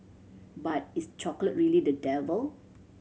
but is chocolate really the devil